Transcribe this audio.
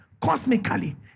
cosmically